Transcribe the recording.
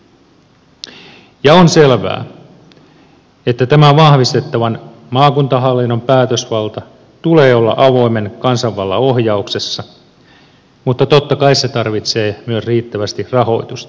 on selvää että tämän vahvistettavan maakuntahallinnon päätösvallan tulee olla avoimen kansanvallan ohjauksessa mutta totta kai se tarvitsee myös riittävästi rahoitusta